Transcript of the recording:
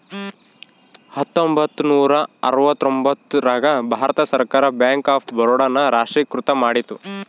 ಹತ್ತೊಂಬತ್ತ ನೂರ ಅರವತ್ತರ್ತೊಂಬತ್ತ್ ರಾಗ ಭಾರತ ಸರ್ಕಾರ ಬ್ಯಾಂಕ್ ಆಫ್ ಬರೋಡ ನ ರಾಷ್ಟ್ರೀಕೃತ ಮಾಡಿತು